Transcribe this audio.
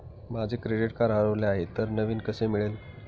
माझे credit card हरवले आहे तर नवीन कसे मिळेल?